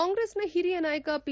ಕಾಂಗ್ರೆಸ್ನ ಹಿರಿಯ ನಾಯಕ ಪಿ